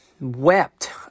wept